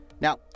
Now